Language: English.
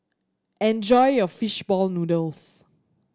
enjoy your fish ball noodles